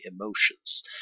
emotions